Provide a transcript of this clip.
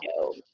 no